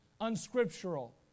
unscriptural